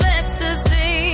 ecstasy